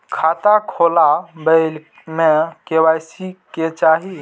खाता खोला बे में के.वाई.सी के चाहि?